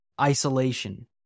isolation